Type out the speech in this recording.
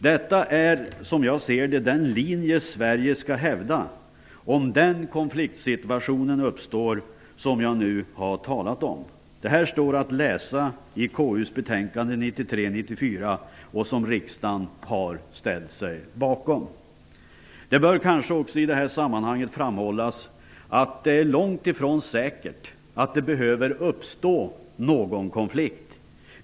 Detta är, som jag ser det, den linje Sverige skall hävda om den konfliktsituation uppstår som jag nu talat om. Detta står att läsa i KU:s betänkande Det bör kanske också i detta sammanhang framhållas att det är långt ifrån säkert att det behöver uppstå någon konflikt.